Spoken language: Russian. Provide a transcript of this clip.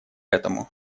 этому